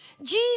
Jesus